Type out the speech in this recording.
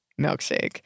milkshake